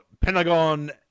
Pentagon